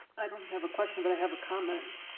i don't have a question but i have a comment.